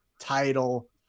title